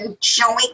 showing